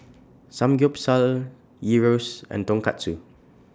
Samgyeopsal Gyros and Tonkatsu